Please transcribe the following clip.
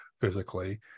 physically